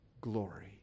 glory